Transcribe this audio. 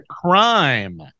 crime